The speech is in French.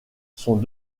sont